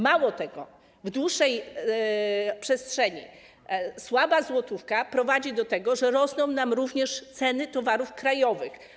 Mało tego, w dłuższej perspektywie słaba złotówka prowadzi do tego, że rosną nam również ceny towarów krajowych.